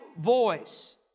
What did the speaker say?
voice